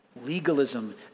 legalism